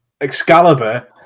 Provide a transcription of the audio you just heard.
Excalibur